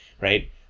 right